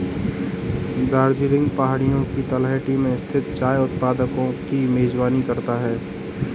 दार्जिलिंग पहाड़ियों की तलहटी में स्थित चाय उत्पादकों की मेजबानी करता है